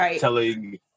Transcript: telling